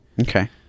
Okay